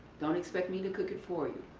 don't expect me to cook it for you.